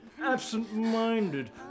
absent-minded